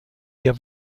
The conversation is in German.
ihr